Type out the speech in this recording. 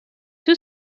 two